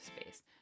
space